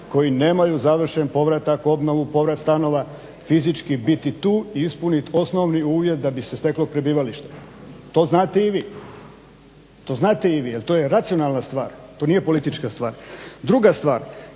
koji nemaju završen povratak, obnovu, povrat stanova fizički biti tu i ispunit osnovni uvjet da bi se steklo prebivalište. To znate i vi jer to je racionalna stvar, to nije politička stvar. Druga stvar,